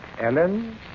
Ellen